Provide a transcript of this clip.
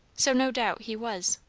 so no doubt he was.